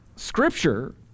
scripture